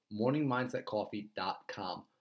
MorningMindsetCoffee.com